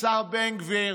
לשר סמוטריץ'.